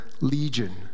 legion